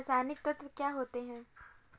रसायनिक तत्व क्या होते हैं?